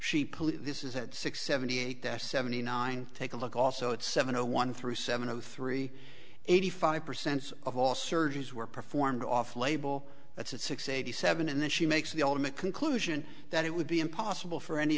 put this is at six seventy eight their seventy nine take a look also at seven o one through seven of the three eighty five percent of all surgeries were performed off label that's a six eighty seven and then she makes the ultimate conclusion that it would be impossible for any